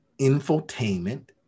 infotainment